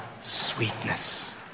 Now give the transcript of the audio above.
sweetness